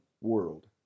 world